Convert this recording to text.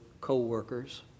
co-workers